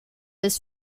his